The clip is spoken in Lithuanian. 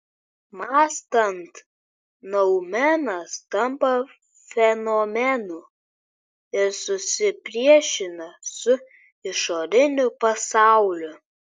mąstant noumenas tampa fenomenu ir susipriešina su išoriniu pasauliu